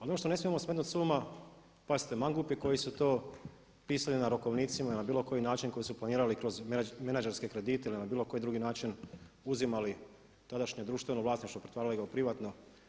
Ono što ne smijemo smetnut sa uma, pazite mangupi koji su to pisali na rokovnicima ili na bilo koji način koji su planirali kroz menadžerske kredite ili na bilo koji drugi način uzimali tadašnje društveno vlasništvo, pretvarali ga u privatno.